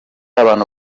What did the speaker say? abantu